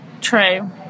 True